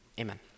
amen